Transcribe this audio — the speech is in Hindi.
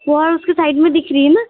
वो और उसके साइड में दिख रही है न